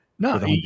No